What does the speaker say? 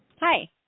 Hi